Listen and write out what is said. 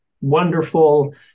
wonderful